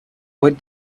what